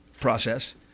process